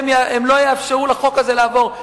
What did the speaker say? הם לא יאפשרו לחוק הזה לעבור,